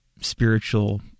spiritual